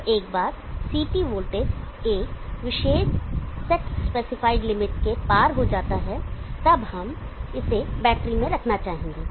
अब एक बार CT वोल्टेज एक विशेष सेट स्पेसिफाइड लिमिट के पार हो जाता है और तब हम इसे बैटरी में रखना चाहेंगे